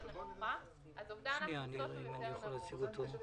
יותר נמוכה אז אובדן ההכנסות הוא יותר נמוך.